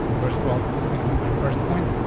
first of all, this is gonna be my first point,